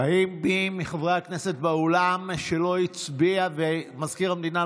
האם מי מחברי הכנסת באולם לא הצביע ומזכיר הכנסת,